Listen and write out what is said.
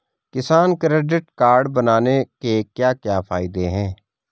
किसान credit card बनाने के क्या क्या फायदे हैं?